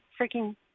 freaking